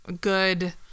good